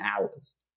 hours